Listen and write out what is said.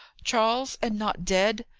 charles! and not dead?